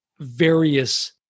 various